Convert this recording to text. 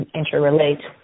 interrelate